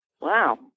wow